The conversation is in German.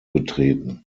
betreten